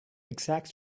exact